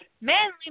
Manly